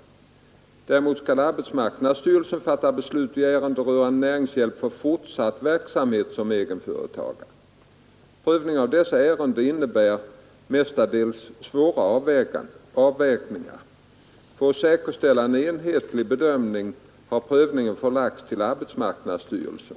Torsdagen den Däremot skall arbetsmarknadsstyrelsen fatta beslut i ärenden rörande 16 november 1972 dessa ärenden innebär mestadels svåra avvägningar. För att säkerställa en enhetlig bedömning har prövningen förlagts till arbetsmarknadsstyrelsen.